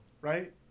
right